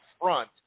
front